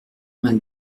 vingt